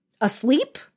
asleep